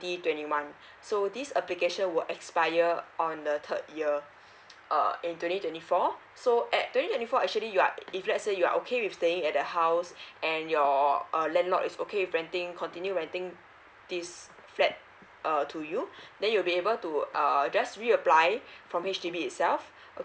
eh twenty month so this application will expire uh on the third year uh in twenty twenty four so at twenty twenty four actually you are if let's say you are okay with staying at the house and your uh landlord is with renting continue renting this flat uh to you then you'll be able to err just re apply from H_D_B itself